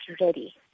ready